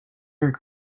are